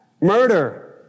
murder